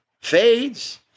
fades